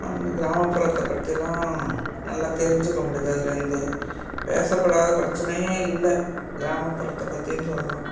அந்த கிராமப்புறத்தை பற்றிலாம் நல்லா தெரிஞ்சுக்க முடியுது அதுலேருந்து பேசப்படாத பிரச்சினையே இல்லை கிராமப்புறத்தை பற்றினு சொல்லலாம்